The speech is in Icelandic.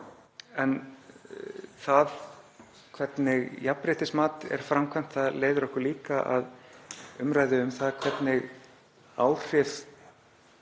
Það hvernig jafnréttismat er framkvæmt leiðir okkur líka að umræðu um það hvernig áhrif